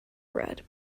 bread